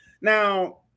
Now